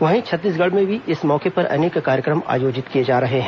वहीं छत्तीसगढ में भी इस मौके पर अनेक कार्यक्रम आयोजित किए जा रहे हैं